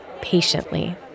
patiently